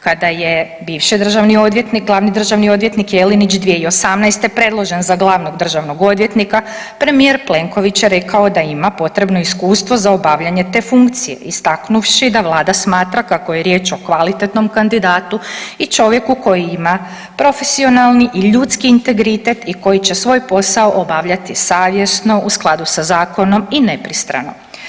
Kada je bivši državni odvjetnik, glavni državni odvjetnik Jelinić 2018. predložen za glavnog državnog odvjetnika, premijer Plenković je rekao da ima potrebno iskustvo za obavljanje te funkcije, istaknuvši da Vlada smatra kako je riječ o kvalitetnom kandidatu i čovjeku koji ima profesionalni i ljudski integritet i koji će svoj posao obavljati savjesno, u skladu sa zakonom i nepristrano.